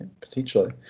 potentially